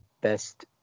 best